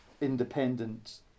independent